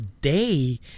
day